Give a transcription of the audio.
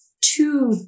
two